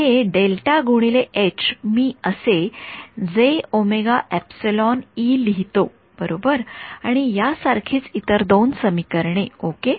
हे मी असे लिहितो बरोबर आणि या सारखीच इतर दोन समीकरणे ओके